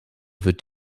wird